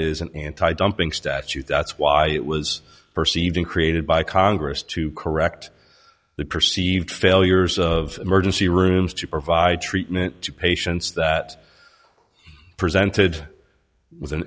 is an anti dumping statute that's why it was perceived and created by congress to correct the perceived failures of emergency rooms to provide treatment to patients that presented w